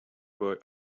boy